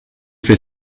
fait